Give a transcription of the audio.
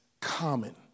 common